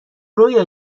رویا